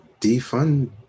defund